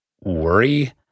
worry